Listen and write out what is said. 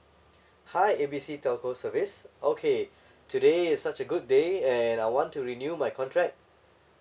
hi A B C telco service okay today is such a good day and I want to renew my contract